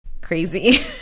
crazy